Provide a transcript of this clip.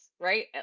right